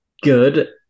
good